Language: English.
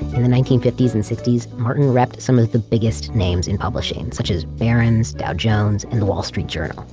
in the nineteen fifty s and sixty s, martin repped some of the biggest names in publishing, such as barrons, dow jones, and the wall street journal